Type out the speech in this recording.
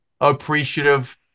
appreciative